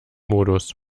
modus